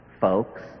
folks